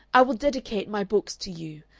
i will dedicate my books to you.